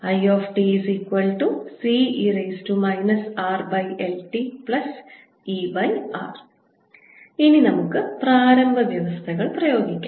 ItCe RLtR ഇനി നമുക്ക് പ്രാരംഭ വ്യവസ്ഥകൾ പ്രയോഗിക്കാം